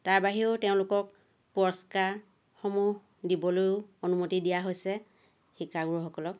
তাৰ বাহিৰেও তেওঁলোকক পুৰস্কাৰসমূহ দিবলৈও অনুমতি দিয়া হৈছে শিক্ষাগুৰুসকলক